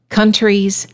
countries